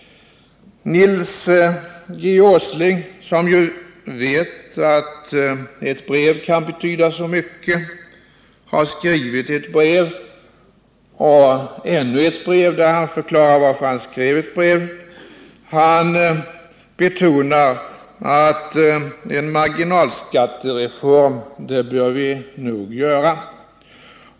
Nils G. Åsling, som vet att ett brev kan betyda så mycket, har skrivit ett brev och ännu ett brev, där han förklarar varför han skrev ett brev och betonar att en marginalskattereform nog bör genomföras.